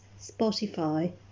Spotify